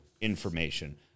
information